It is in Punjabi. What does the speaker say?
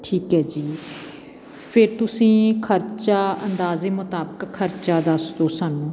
ਠੀਕ ਹੈ ਜੀ ਫਿਰ ਤੁਸੀਂ ਖ਼ਰਚਾ ਅੰਦਾਜ਼ੇ ਮੁਤਾਬਕ ਖ਼ਰਚਾ ਦੱਸ ਦਿਉ ਸਾਨੂੰ